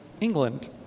England